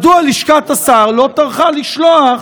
מדוע לשכת השר לא טרחה לשלוח,